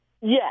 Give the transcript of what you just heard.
Yes